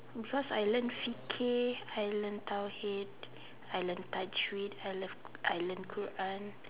because I learn fiqah I learn tauhid I learn tajwid I learn I learn Quran